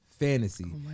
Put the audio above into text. fantasy